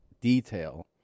detail